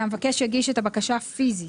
"המבקש יגיש את הבקשה פיזית".